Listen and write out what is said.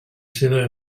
seua